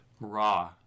Raw